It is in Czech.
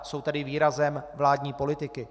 Jsou tedy výrazem vládní politiky.